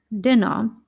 dinner